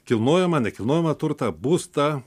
kilnojamą nekilnojamą turtą būstą